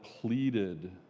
pleaded